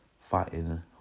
fighting